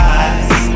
eyes